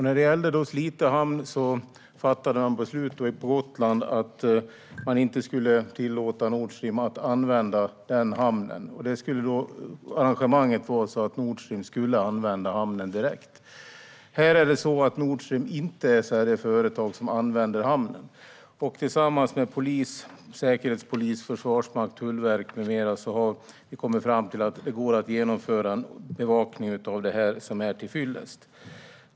När det gäller Slite hamn fattade man beslut på Gotland att man inte skulle tillåta Nord Stream att använda den hamnen. Arrangemanget skulle vara sådant att Nord Stream skulle använda hamnen direkt. Här är det dock så att Nord Stream inte är det företag som använder hamnen. Tillsammans med polisen, Säkerhetspolisen, Försvarsmakten, Tullverket med mera har vi kommit fram till att det går att genomföra en bevakning av det här som är till fyllest.